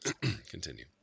Continue